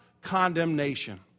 condemnation